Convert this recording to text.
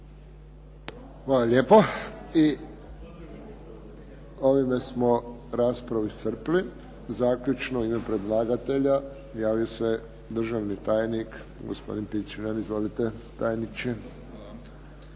Hvala lijepo. I ovime smo raspravu iscrpili. Zaključno u ime predlagatelja javio se državni tajnik, gospodin Pičuljan. Izvolite tajniče.